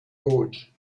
gauge